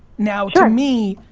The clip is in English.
now to me,